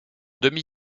demi